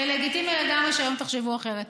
זה לגיטימי לגמרי שהיום תחשבו אחרת.